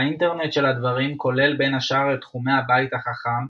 האינטרנט של הדברים כולל בין השאר את תחומי "הבית החכם",